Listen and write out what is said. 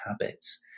habits